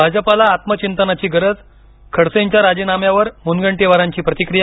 भाजपाला आत्मचिंतनाची गरज खडसेंच्या राजीनाम्यावर मूनगंटीवारांची प्रतिक्रीया